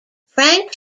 frank